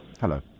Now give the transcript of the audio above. Hello